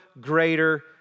greater